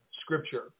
scripture